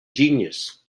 genius